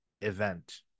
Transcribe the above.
event